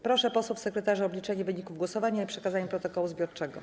Proszę posłów sekretarzy o obliczenie wyników głosowania i przekazanie protokołu zbiorczego.